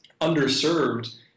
underserved